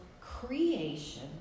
creation